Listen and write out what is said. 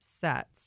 sets